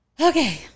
Okay